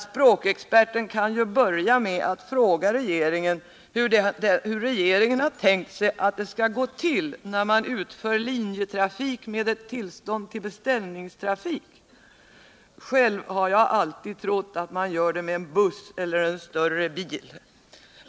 Språkexperten kan ju börja med att fråga regeringen hur den har tänkt sig att det skall gå till när man utför linjetrafik med ett tillstånd till beställningstrafik. Själv har jag alltid trott att man gör det med en buss eller med en större bil.